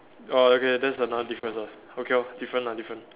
oh okay that's another difference [what] okay lor different lah different